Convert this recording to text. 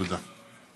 תודה.